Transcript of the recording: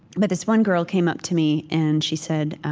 but this one girl came up to me, and she said,